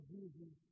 Jesus